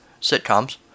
sitcoms